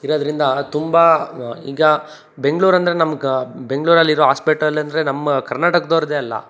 ಇರೋದರಿಂದ ತುಂಬ ಈಗ ಬೆಂಗಳೂರಂದ್ರೆ ನಮ್ಗೆ ಬೆಂಗಳೂರಲ್ಲಿರೋ ಹಾಸ್ಪೆಟಲಂದ್ರೆ ನಮ್ಮ ಕರ್ನಾಟಕ್ದವ್ರದ್ದೆ ಅಲ್ಲ